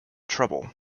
trouble